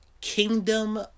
Kingdom